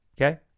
okay